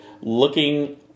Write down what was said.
looking